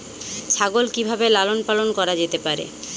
ছাগল কি ভাবে লালন পালন করা যেতে পারে?